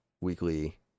weekly